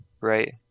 right